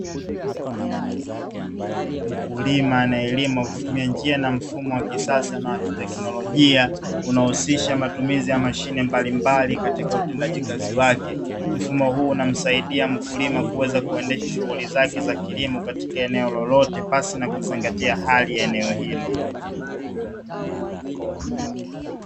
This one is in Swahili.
Mkulima anayelima kwa kutumia njia na mfumo wa kisasa na wa kiteknolojia, unaohusisha matumizi ya mashine mbalimbali katika utendaji kazi wake. Mfumo huu unamsaidia mkulima kuweza kuendesha shuhuli zake za kilimo katika eneo lolote, pasi na kuzingatia hali ya eneo hilo.